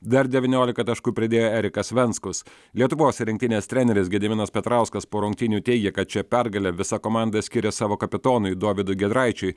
dar devyniolika taškų pridėjo erikas venskus lietuvos rinktinės treneris gediminas petrauskas po rungtynių teigė kad šią pergalę visa komanda skiria savo kapitonui dovydui giedraičiui